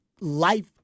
life